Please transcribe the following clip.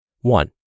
One